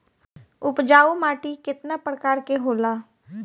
उपजाऊ माटी केतना प्रकार के होला?